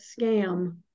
scam